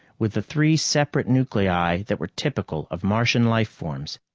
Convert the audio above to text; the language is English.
with the three separate nuclei that were typical of martian life forms.